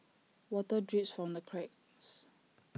water drips from the cracks